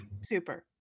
Super